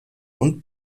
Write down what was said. und